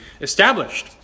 established